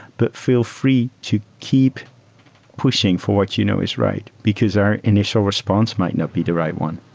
but feel free to keep pushing for what you know is right, because our initial response might not be the right one.